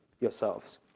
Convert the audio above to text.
yourselves